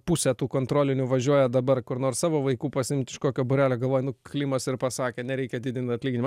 pusė tų kontrolinių važiuoja dabar kur nors savo vaikų pasiimt iš kokio būrelio galvoja nu klimas ir pasakė nereikia didint atlyginimą